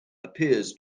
appears